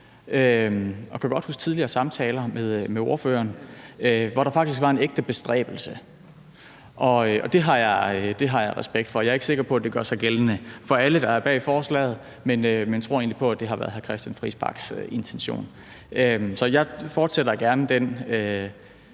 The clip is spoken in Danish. Jeg kan godt huske tidligere samtaler med ordføreren, hvor der faktisk var en ægte bestræbelse, og det har jeg respekt for. Jeg er ikke sikker på, at det gør sig gældende for alle, der er bag forslaget, men jeg tror egentlig på, at det har været hr. Christian Friis Bachs intention. Så jeg fortsætter gerne den